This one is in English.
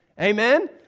Amen